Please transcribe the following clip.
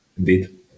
indeed